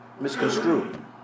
misconstrued